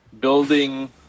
building